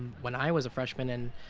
when i was a freshman and